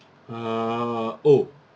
uh oh